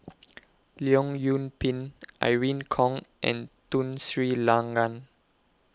Leong Yoon Pin Irene Khong and Tun Sri Lanang